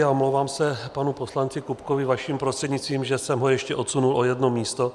Omlouvám se panu poslanci Kupkovi vaším prostřednictvím, že jsem ho ještě odsunul o jedno místo.